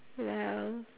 well